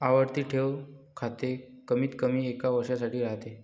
आवर्ती ठेव खाते कमीतकमी एका वर्षासाठी राहते